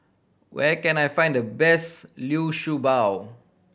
where can I find the best liu shu bao